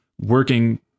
working